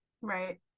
right